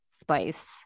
spice